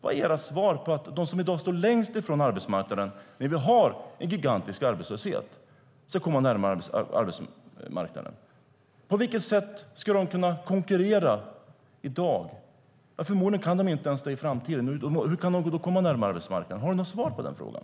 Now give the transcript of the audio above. Vad är er lösning för att de som står längst från arbetsmarknaden när vi har en gigantisk arbetslöshet ska komma närmare arbetsmarknaden? På vilket sätt ska de kunna konkurrera nu och i framtiden? Har du något svar på den frågan?